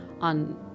on